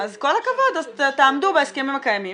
אז עם כל הכבוד, תעמדו בהסכמים הקיימים.